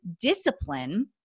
discipline